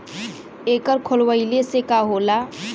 एकर खोलवाइले से का होला?